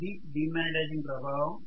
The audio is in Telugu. ప్రొఫెసర్ ఇది డి మాగ్నెటైజింగ్ ప్రభావం